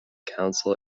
council